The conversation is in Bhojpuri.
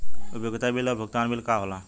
उपयोगिता बिल और भुगतान बिल का होला?